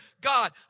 God